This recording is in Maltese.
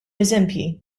eżempji